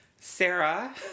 Sarah